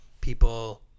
people